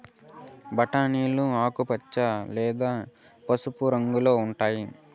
బఠానీలు ఆకుపచ్చ లేదా పసుపు రంగులో ఉంటాయి